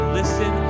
listen